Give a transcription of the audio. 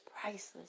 priceless